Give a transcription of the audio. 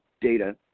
data